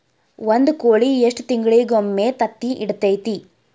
ಒಂದ್ ಕೋಳಿ ಎಷ್ಟ ತಿಂಗಳಿಗೊಮ್ಮೆ ತತ್ತಿ ಇಡತೈತಿ?